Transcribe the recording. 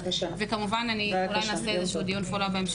כאשר אנחנו למעשה עושים קצת יותר ממה שיש